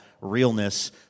realness